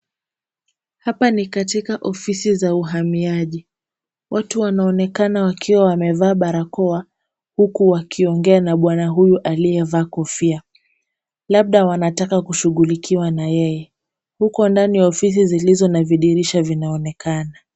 Hapa ni katika ofisi za uhamiaji. Watu wanaonekana wakiwa wamevaa barakoa, huku wakiongea na bwana huyu aliyevaa kofia, labda wanataka kushughulikiwa na yeye. Huko ndani ofisi zilizo na vidirisha vinaonekana.